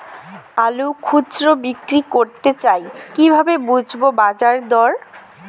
আলু খুচরো বিক্রি করতে চাই কিভাবে বুঝবো বাজার দর?